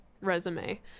resume